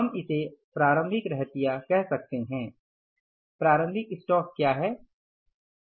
हम इसे प्रारंभिक रहतिया कह सकते हैं प्रारंभिक स्टॉक क्या है